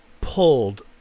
pulled